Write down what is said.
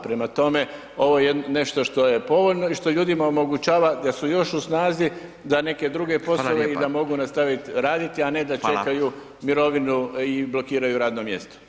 Prema tome, ovo je nešto što je povoljno i što ljudima omogućava da su još u snazi za neke druge poslove [[Upadica: Fala ljepa]] i da mogu nastavit raditi [[Upadica: Fala]] a ne da čekaju mirovinu i blokiraju radno mjesto.